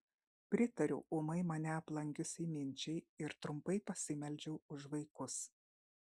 pritariau ūmai mane aplankiusiai minčiai ir trumpai pasimeldžiau už vaikus